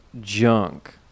junk